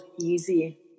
easy